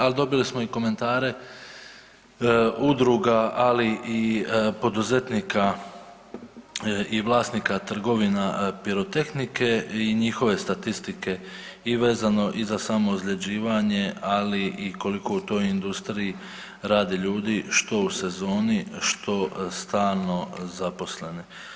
Al dobili smo i komentare udruga, ali i poduzetnika i vlasnika trgovina pirotehnike i njihove statistike i vezano i za samo ozljeđivanje, ali i koliko u toj industriji radi ljudi, što u sezoni, što stalno zaposleni.